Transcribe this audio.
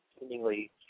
seemingly